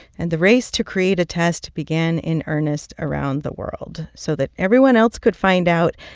and the race to create a test began in earnest around the world so that everyone else could find out,